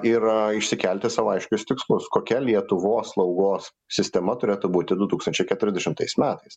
ir išsikelti sau aiškius tikslus kokia lietuvos slaugos sistema turėtų būti du tūkstančiai keturiasdešimtais metais